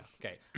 okay